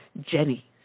Jenny